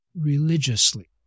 religiously